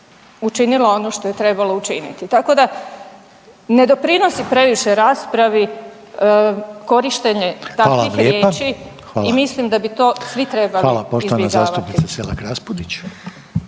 učinila ono što je trebalo učiniti. Tako da ne doprinosi previše raspravi korištenje takvih riječi i mislim da bi to svi trebali izbjegavati.